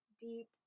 deep